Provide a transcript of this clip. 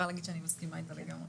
פה הצבנו רף מאוד מאוד גדול.